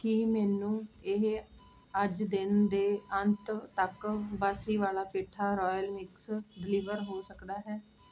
ਕੀ ਮੈਨੂੰ ਇਹ ਅੱਜ ਦਿਨ ਦੇ ਅੰਤ ਤੱਕ Bansiwala petha royal mix deliver ਹੋ ਸਕਦਾ ਹੈ